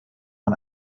man